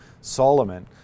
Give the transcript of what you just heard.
Solomon